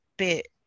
bit